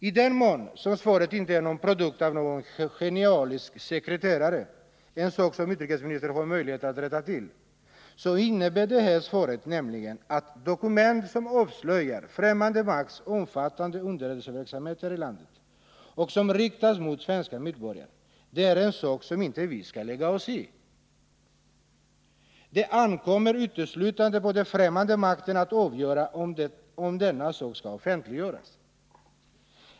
I den mån svaret inte är en produkt från någon genialisk sekreterare — utrikesministern har möjlighet att tala om om detta är fallet — innebär det här svaret att vi inte skall lägga oss i om det finns dokument som avslöjar främmande makts omfattande underrättelseverksamhet här i landet och som riktar sig mot svenska medborgare. Det ankommer uteslutande på den främmande makten att avgöra om dessa dokument skall offentliggöras.